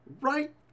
right